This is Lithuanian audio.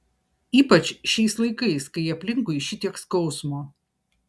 ypač šiais laikais kai aplinkui šitiek skausmo